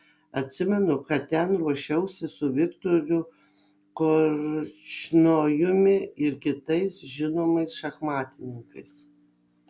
atsimenu kad ten ruošiausi su viktoru korčnojumi ir kitais žinomais šachmatininkais